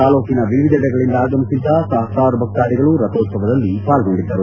ತಾಲೂಕಿನ ವಿವಿದೆಡೆಗಳಿಂದ ಆಗಮಿಸಿದ್ದ ಸಹಸ್ರಾರು ಭಕ್ತಾದಿಗಳು ರಥೋತ್ಸವದಲ್ಲಿ ಪಾಲ್ಗೊಂಡಿದ್ದರು